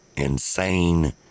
insane